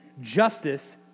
justice